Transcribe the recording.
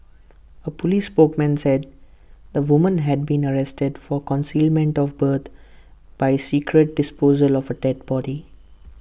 A Police spokesman said the woman had been arrested for concealment of birth by secret disposal of A dead body